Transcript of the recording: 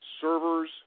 Servers